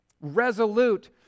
resolute